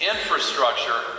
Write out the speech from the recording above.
Infrastructure